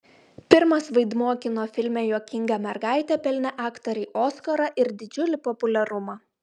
pirmas vaidmuo kino filme juokinga mergaitė pelnė aktorei oskarą ir didžiulį populiarumą